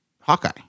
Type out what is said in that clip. hawkeye